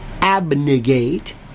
abnegate